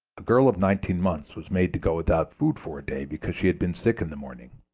a girl of nineteen months was made to go without food for a day because she had been sick in the morning,